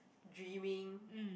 dreaming